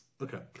Okay